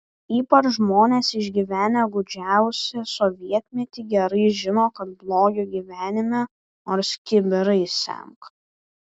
ypač žmonės išgyvenę gūdžiausią sovietmetį gerai žino kad blogio gyvenime nors kibirais semk